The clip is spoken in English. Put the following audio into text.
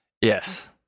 Yes